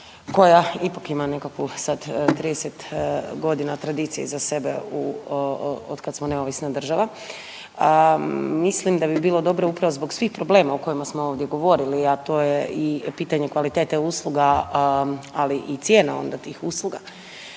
koja ipak ima nekakvu sad 30 godina tradicije iza sebe u, od kad smo neovisna država, mislim da bi bilo dobro upravo zbog svih problema o kojima smo ovdje govorili, a to je i pitanje kvalitete usluga, ali i cijena onda tih usluga